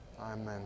Amen